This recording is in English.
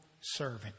servant